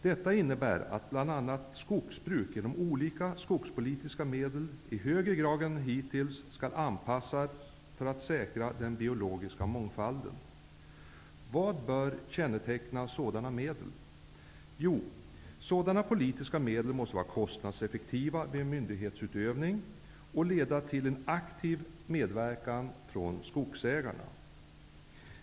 Detta innebär att bl.a. att skogsbruk genom olika skogspolitiska medel i högre grad än hittills skall anpassas för att säkra den biologiska mångfalden. Vad bör känneteckna sådana medel? Jo, sådana politiska medel måste vara kostnadseffektiva vid myndighetsutövning och leda till en aktiv medverkan från skogsägarna.